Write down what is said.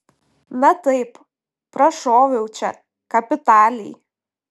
na taip prašoviau čia kapitaliai